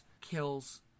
kills